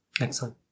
Excellent